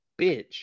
bitch